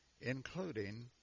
including